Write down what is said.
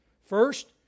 First